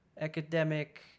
academic